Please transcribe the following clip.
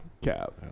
Cap